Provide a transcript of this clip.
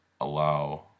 allow